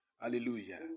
Hallelujah